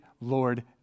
Lord